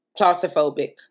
claustrophobic